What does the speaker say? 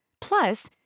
Plus